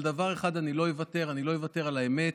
על דבר אחד אני לא אוותר: אני לא אוותר על האמת,